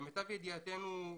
למיטב ידיעתנו,